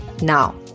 Now